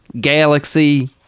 Galaxy